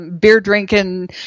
beer-drinking